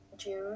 June